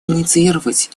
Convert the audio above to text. инициировать